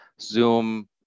Zoom